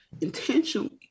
intentionally